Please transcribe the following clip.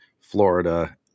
Florida